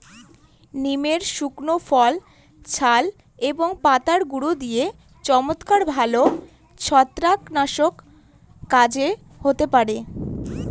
নিমের শুকনো ফল, ছাল এবং পাতার গুঁড়ো দিয়ে চমৎকার ভালো ছত্রাকনাশকের কাজ হতে পারে